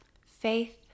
Faith